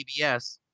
CBS